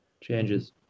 changes